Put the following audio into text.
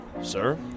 Sir